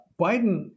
Biden